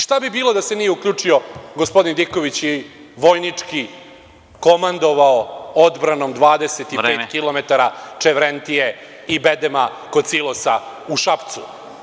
Šta bi bilo da se nije uključio gospodin Diković i vojnički komandovao odbranom 25 kilometara Čevrentije i bedema kod Silosa u Šapcu?